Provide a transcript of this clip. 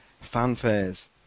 Fanfares